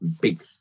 Big